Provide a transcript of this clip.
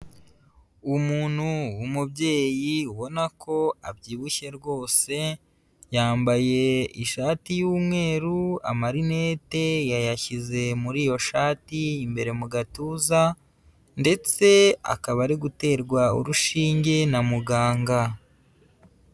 Umuntu w'umubyeyi ubona ko abyibushye rwose, yambaye ishati y'umweru, amarinete yayashyize muri iyo shati imbere mu gatuza ndetse akaba ari guterwa urushinge na muganga.